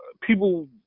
people